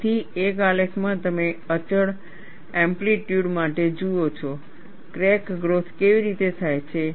તેથી એક આલેખમાં તમે અચળ એમ્પલિટયૂડ માટે જુઓ છો ક્રેક ગ્રોથ કેવી રીતે થાય છે